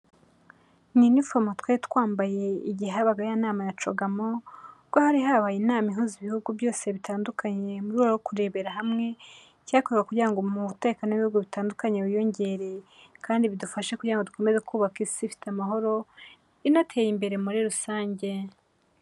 Ni iniforomo twari twambaye igihe habaga ya nama ya gamo cogako hari habaye inama ihuza ibihugu byose bitandukanye mu rwego rwo kurebera hamwe icyakorwa kugira ngo umutekan w'ibihugu bitandukanye wiyongerere, kandi bidufashe kugira ngo dukomeze kubaka isi ifite amahoro inateye imbere muri rusange.